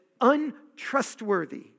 untrustworthy